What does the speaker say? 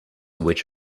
which